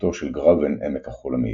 ושקיעתו של גראבן עמק החולה מאידך.